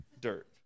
dirt